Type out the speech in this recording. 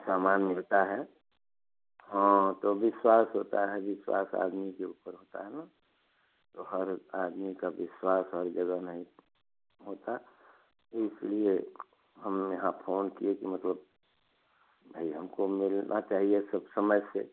सामान मिलता है हाँ तो विश्वास होता है विश्वास आदमी के ऊपर होता है ना तो हर आदमी का विश्वास हर जगह नहीं होता इसलिए हम यहाँ फ़ोन किए कि मतलब भाई हमको मिलना चाहिए सब समय से